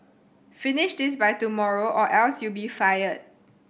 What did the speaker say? finish this by tomorrow or else you'll be fired